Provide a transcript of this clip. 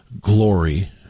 glory